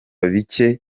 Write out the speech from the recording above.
bicye